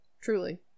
Truly